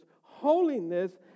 holiness